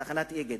תחנת "אגד".